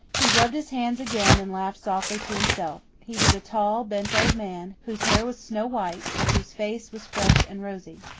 he rubbed his hands again and laughed softly to himself. he was a tall, bent old man, whose hair was snow white, but whose face was fresh and rosy.